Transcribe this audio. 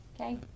Okay